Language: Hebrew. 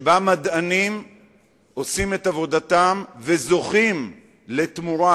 שבה מדענים עושים את עבודתם וזוכים לתמורה,